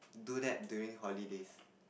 do that during holidays